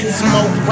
smoke